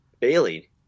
Bailey